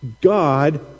God